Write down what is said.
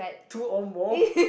two or more